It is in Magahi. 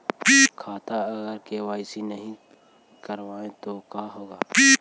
खाता अगर के.वाई.सी नही करबाए तो का होगा?